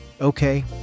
Okay